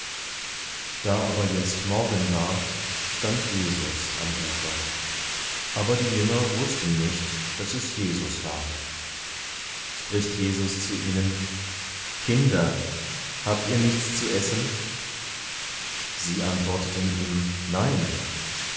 da aber jetzt morgen war stand jesus am ufer aber die jünger wußten nicht daß es jesus war spricht jesus zu ihnen kinder habt ihr nichts zu essen sie antworteten ihm nein